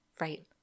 Right